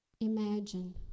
Imagine